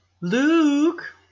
Luke